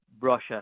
Russia